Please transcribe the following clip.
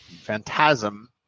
phantasm